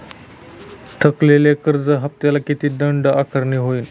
थकलेल्या कर्ज हफ्त्याला किती दंड आकारणी होईल?